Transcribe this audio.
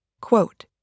quote